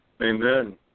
Amen